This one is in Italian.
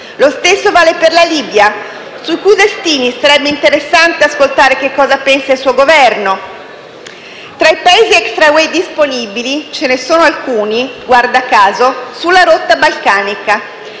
Lo stesso vale per la Libia, sui cui destini sarebbe interessante sapere cosa pensa il suo Governo. Tra i Paesi extra UE disponibili ce ne sono alcuni - guarda caso - sulla rotta balcanica.